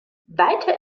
weiter